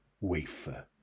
wafer